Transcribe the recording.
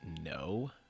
no